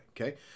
okay